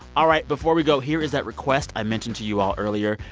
all right, before we go, here is that request i mentioned to you all earlier.